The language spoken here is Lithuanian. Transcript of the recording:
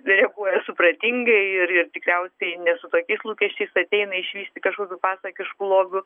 dėkoja supratingai ir tikriausiai ne su tokiais lūkesčiais ateina išvysti kažkokių pasakiškų lobių